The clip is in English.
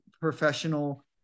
professional